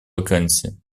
вакансия